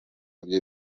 bye